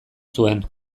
zuen